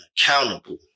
accountable